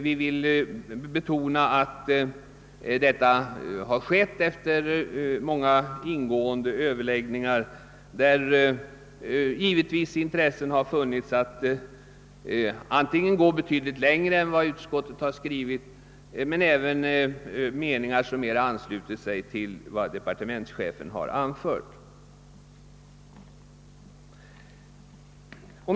Vi vill betona alt detta har skett efter många ingående överläggningar, vid vilka det givetvis kommit till uttryck intresse 'av att sträcka sig betydligt längre än utskottets skrivning innebär men även meningar som mera ansluter sig till vad departementschefen har anfört.